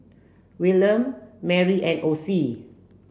Wilhelm Marry and Ossie